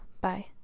bye